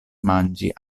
manĝi